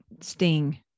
sting